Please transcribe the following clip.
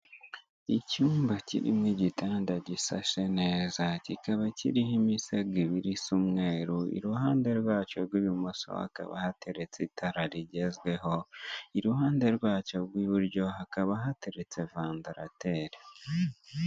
Icyumba kinini kirimo igitanda gisashe neza, kikaba kiriho imisego ibiri isa umweru iruhande rwacyo rw'ibimoso hakaba hateretse itara rigezweho iruhande rwacyo rw'uburyo hakaba hateretse vandarateri.